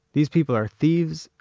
these people are thieves,